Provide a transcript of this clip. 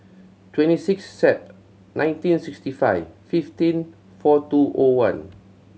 twenty six Sep nineteen sixty five fifteen four two O one